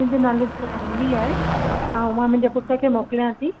मुंहिंजो नालो जानवी आहे मां मुंहिंजे पुट खे मोकिलियां थी